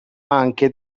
anche